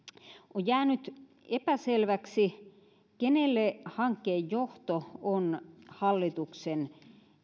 on jäänyt epäselväksi kenelle hankkeen johto on hallituksen